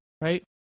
right